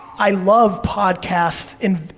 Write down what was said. i love podcasts in,